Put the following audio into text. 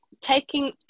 taking